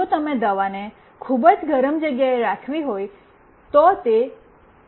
જો તમે દવાને ખૂબ જ ગરમ જગ્યાએ રાખવી હોય તો તે નુકસાન થઈ શકે છે